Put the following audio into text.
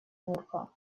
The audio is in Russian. нюрка